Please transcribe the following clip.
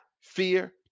fear